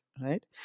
right